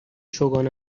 چوگان